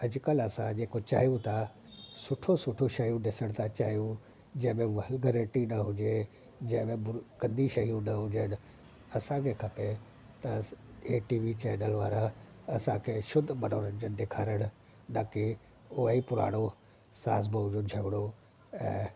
अॼु कल्ह असां जेको चाहियूं था सुठो सुठो शयूं ॾिसणु था चाहियूं जंहिं में वलिगरिटी न हुजे जंहिं में गंदी शयूं न हुजनि असां खे खपे त हे टी वी चेनल वारा असांखे शुध्द मनोरंजन ॾेखारण के उहो ई पुराणो सास बहु जो झॻिड़ो ऐं